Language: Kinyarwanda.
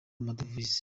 amadovize